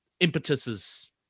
impetuses